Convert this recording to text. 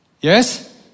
Yes